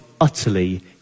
utterly